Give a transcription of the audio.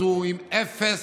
אז הוא עם אפס